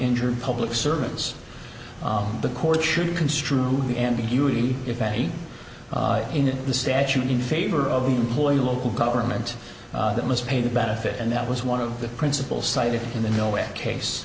injured public servants the court should construe the ambiguity if any in the statute in favor of the employee local government that must pay the benefit and that was one of the principle c